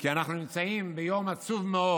כי אנחנו נמצאים ביום עצוב מאוד